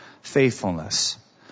faithfulness